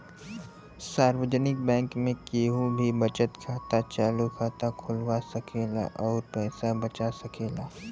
सार्वजनिक बैंक में केहू भी बचत खाता, चालु खाता खोलवा सकेला अउर पैसा बचा सकेला